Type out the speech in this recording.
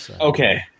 Okay